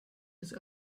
des